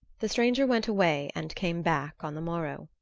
the stranger went away and came back on the morrow.